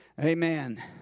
Amen